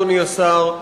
אדוני השר,